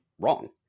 wrong